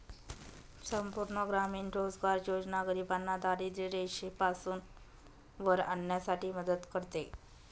संपूर्ण ग्रामीण रोजगार योजना गरिबांना दारिद्ररेषेपासून वर आणण्यासाठी मदत करते